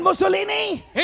Mussolini